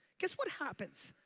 guess what happens?